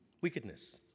Wickedness